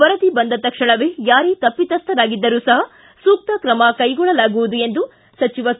ವರದಿ ಬಂದ ತಕ್ಷಣವೇ ಯಾರೇ ತಪ್ಪಿತಸ್ಥರಾಗಿದ್ದರೂ ಸೂಕ್ತ ಕ್ರಮ ಕೈಗೊಳ್ಳುಲಾಗುವುದು ಎಂದು ಸಚಿವ ಕೆ